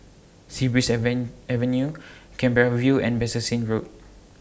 Sea Breeze Avenue Canberra View and Bassein Road